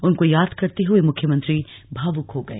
उनको याद करते हुए मुख्यमंत्री भावुक हो गए